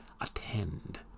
attend